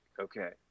okay